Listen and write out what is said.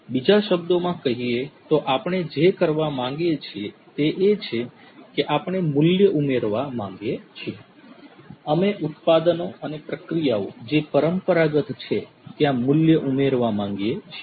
બીજા શબ્દોમાં કહીએ તો આપણે જે કરવા માંગીએ છીએ તે એ છે કે આપણે મૂલ્ય ઉમેરવા માંગીએ છીએ અમે ઉત્પાદનો અને પ્રક્રિયાઓ જે પરંપરાગત છે ત્યાં મૂલ્ય ઉમેરવા માંગીએ છીએ